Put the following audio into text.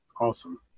awesome